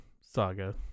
saga